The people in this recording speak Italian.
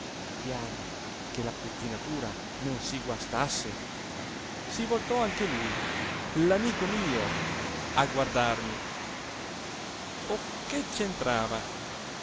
piano che la pettinatura non si guastasse si voltò anche lui l'amico mio a guardarmi o che